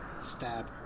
Stab